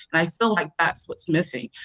i feel like that's what's missing.